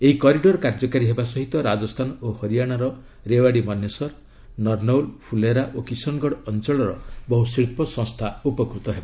ଏହି କରିଡର୍ କାର୍ଯ୍ୟକାରୀ ହେବା ସହିତ ରାକସ୍ଥାନ ଓ ହରିୟାଣାର ରେୱାଡ଼ି ମନେସର୍ ନର୍ନଉଲ୍ ଫୁଲେରା ଓ କିଶନ୍ଗଡ଼ ଅଞ୍ଚଳର ବହୁ ଶିଳ୍ପ ସଂସ୍ଥା ଉପକୃତ ହେବ